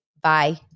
Bye